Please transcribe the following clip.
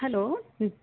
hello